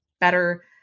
better